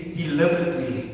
deliberately